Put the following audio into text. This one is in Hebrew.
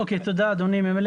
--- בדקתם ב-10